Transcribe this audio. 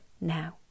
now